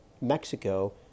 Mexico